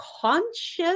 conscious